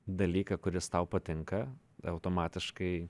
dalyką kuris tau patinka automatiškai